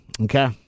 Okay